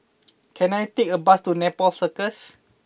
can I take a bus to Nepal Circus